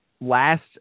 last